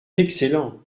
excellent